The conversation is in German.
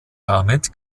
damit